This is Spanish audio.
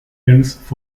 ernst